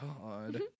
God